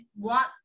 want